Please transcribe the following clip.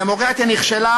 הדמוקרטיה נכשלה,